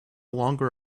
longer